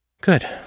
Good